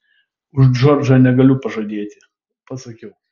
už džordžą negaliu pažadėti pasakiau